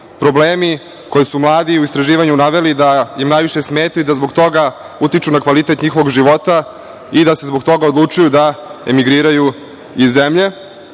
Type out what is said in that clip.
problemi koji su mladi u istraživanju naveli da im najviše smeta i da zbog toga utiču na kvalitet njihovog života i da se zbog toga odlučuju da emigriraju iz zemlje.